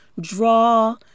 Draw